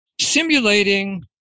simulating